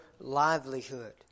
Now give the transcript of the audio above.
livelihood